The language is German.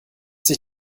sich